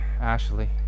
ashley